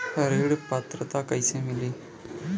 ऋण पात्रता कइसे मिली?